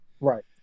right